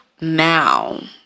now